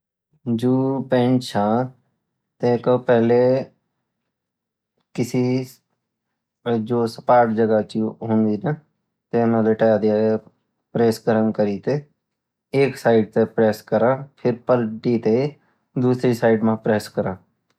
जो पंत छा टेका पहले किसी जो सपाट जगह होंदी ना तेमा लेटा दिया प्राइस ग्राम करी ते एक साइड साई प्राइस करा फिर पलटी ते दूसरी साइड मा प्रेस करा